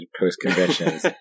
post-conventions